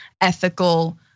ethical